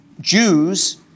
Jews